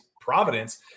Providence